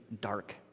dark